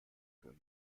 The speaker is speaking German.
für